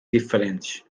diferentes